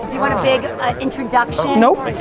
you want a big ah introduction? nope,